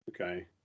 Okay